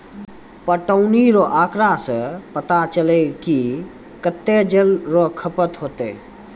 पटौनी रो आँकड़ा से पता चलै कि कत्तै जल रो खपत होतै